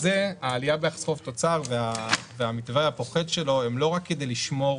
העלייה ביחס חוב-תוצר והמתווה הפוחת שלו הם לא רק כדי לשמור